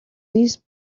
these